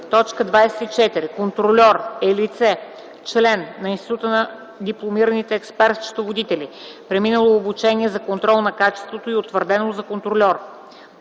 закон. 24. „Контрольор” е лице, член на Института на дипломираните експерт-счетоводители, преминало обучение за контрол на качеството и утвърдено за контрольор.